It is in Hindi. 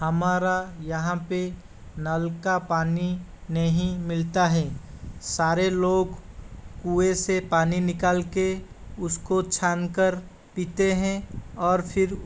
हमारा यहाँ पे नल का पानी नहीं मिलता है सारे लोग कुएँ से पानी निकाल के उसको छान कर पीते हैं और फ़िर